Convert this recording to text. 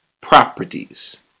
properties